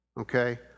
okay